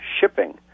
shipping